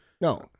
No